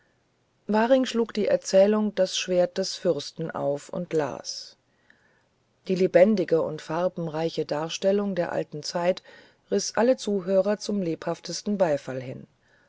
waring schlug die erzählung das schwert des fürsten auf und las die lebendige und farbenreiche darstellung der alten zeit riß alle zuhörer zum lebhaftesten beifall hin